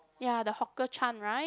ya the Hawker Chan right